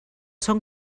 són